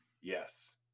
Yes